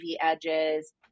edges